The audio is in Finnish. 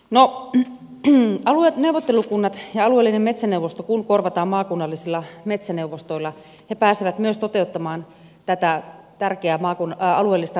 kun neuvottelukunnat ja alueellinen metsäneuvosto korvataan maakunnallisilla metsäneuvostoilla ne pääsevät myös toteuttamaan tätä tärkeää alueellista roolia